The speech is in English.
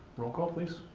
role call please.